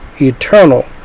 eternal